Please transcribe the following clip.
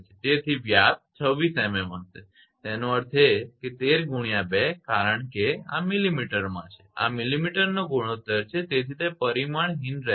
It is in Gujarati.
તેથી વ્યાસ 26 mm હશે તેનો અર્થ છે કે 13 × 2 કારણ કે આ millimetre માં છે આ millimetre ગુણોત્તર છે તે પરિમાણહીન હશે